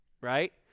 right